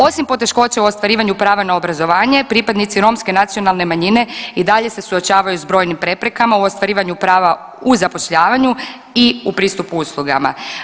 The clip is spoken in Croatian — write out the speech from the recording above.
Osim poteškoća u ostvarivanju prava na obrazovanje pripadnici romske nacionalne manjine i dalje se suočavaju sa brojnim preprekama u ostvarivanju prava u zapošljavanju i u pristupu uslugama.